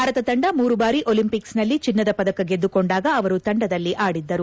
ಭಾರತ ತಂಡ ಮೂರು ಬಾರಿ ಒಲಿಂಪಿಕ್ಸ್ನಲ್ಲಿ ಚಿನ್ನದ ಪದಕ ಗೆದ್ದುಕೊಂಡಾಗ ಅವರು ತಂಡದಲ್ಲಿ ಆಡಿದ್ದರು